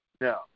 No